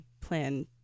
plan